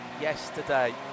yesterday